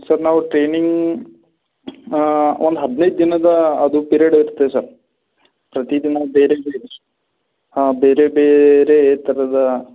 sir ನಾವು training ಒಂದು ಹದಿನೈದು ದಿನದ ಅದು ಪಿರೇಡ್ ಇರುತ್ತೆ ಸರ್ ಪ್ರತಿದಿನ ಬೇರೆ ಬೇರೆ ಹಾಂ ಬೇರೆ ಬೇರೆ ಥರದ